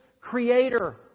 Creator